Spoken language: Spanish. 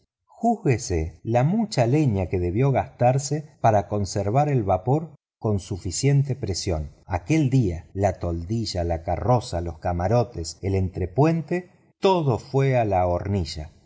júzguese la mucha leña que debió gastar para conservar el vapor con suficiente presión aquel día la toldilla la carroza los camarotes el entrepuente todo fue a la hornilla